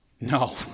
No